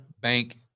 bank